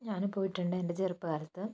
ഞാനും പോയിട്ടുണ്ട് എൻ്റെ ചെറുപ്പകാലത്ത്